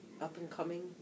up-and-coming